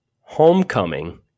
Homecoming